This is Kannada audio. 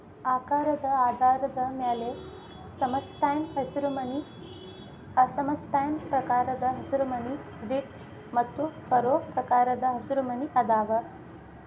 ಆಕಾರದ ಆಧಾರದ ಮ್ಯಾಲೆ ಸಮಸ್ಪ್ಯಾನ್ ಹಸಿರುಮನಿ ಅಸಮ ಸ್ಪ್ಯಾನ್ ಪ್ರಕಾರದ ಹಸಿರುಮನಿ, ರಿಡ್ಜ್ ಮತ್ತು ಫರೋ ಪ್ರಕಾರದ ಹಸಿರುಮನಿ ಅದಾವ